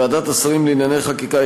החליטה ועדת השרים לענייני חקיקה,